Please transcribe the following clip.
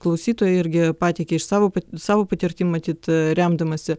klausytoja irgi pateikė iš savo savo patirtim matyt remdamasi